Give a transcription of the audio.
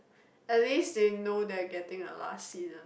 at least they know they're getting a last season